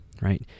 right